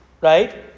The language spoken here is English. right